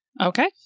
okay